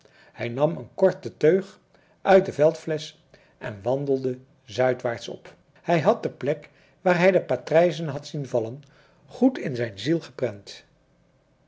hij nam een korte teug uit de veldflesch en wandelde zuidwaarts op hij had de plek waar hij de patrijzen had zien vallen goed in zijn ziel geprent